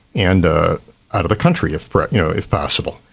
and out of the country if but you know if possible.